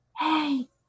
Hey